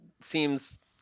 seems